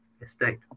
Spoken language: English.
estate